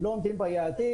הם לא עומדים ביעדים,